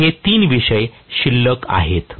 तर हे 3 विषय शिल्लक आहेत